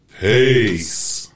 Peace